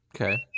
Okay